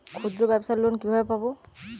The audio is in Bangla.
ক্ষুদ্রব্যাবসার লোন কিভাবে পাব?